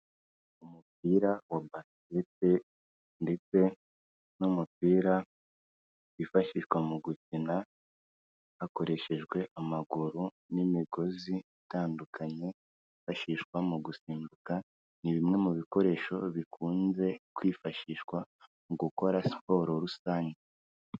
Umupira wa basete, ndetse n'umupira wifashishwa mu gukina hakoreshejwe amaguru, n'imigozi itandukanye yifashishwa mu gusimbuka ni bimwe mu bikoresho bikunze kwifashishwa mu gukora siporo rusange.